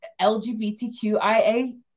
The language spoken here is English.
LGBTQIA